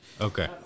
Okay